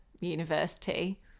University